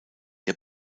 der